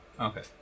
Okay